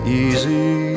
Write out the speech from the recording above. easy